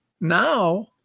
now